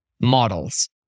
models